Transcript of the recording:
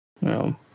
no